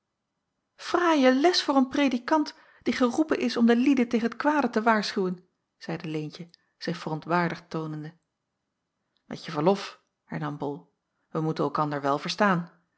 fraaie les voor een predikant die geroepen is om de lieden tegen t kwade te waarschuwen zeide leentje zich verontwaardigd toonende met je verlof hernam bol wij moeten elkander wel verstaan